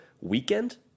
weekend